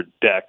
deck